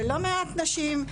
ולא מעט נשים,